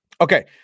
Okay